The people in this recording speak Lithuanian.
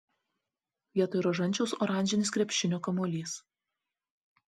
vietoj rožančiaus oranžinis krepšinio kamuolys